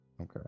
Okay